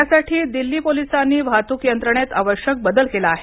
यासाठी दिल्ली पोलिसांनी वाहतूक यंत्रणेत आवश्यक बदल केला आहे